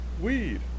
weed